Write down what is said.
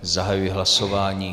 Zahajuji hlasování.